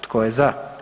Tko je za?